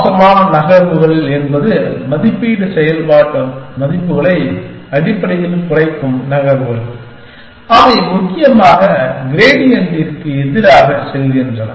மோசமான நகர்வுகள் என்பது மதிப்பீட்டு செயல்பாட்டு மதிப்புகளை அடிப்படையில் குறைக்கும் நகர்வுகள் அவை முக்கியமாக கிரெடியண்டிற்கு எதிராக செல்கின்றன